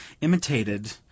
imitated